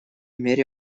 мере